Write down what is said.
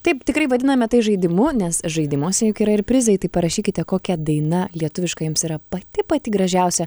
taip tikrai vadiname tai žaidimu nes žaidimuose juk yra ir prizai tai parašykite kokia daina lietuviška jums yra pati pati gražiausia